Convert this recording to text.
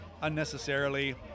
unnecessarily